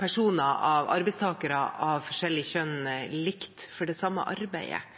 arbeidstakere av forskjellig kjønn likt for det samme arbeidet.